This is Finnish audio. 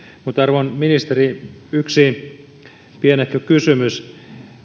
mutta arvon ministeri yksi pienehkö kysymys